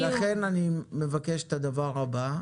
ולכן אני מבקש את הדבר הבא.